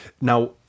Now